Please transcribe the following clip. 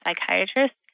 psychiatrist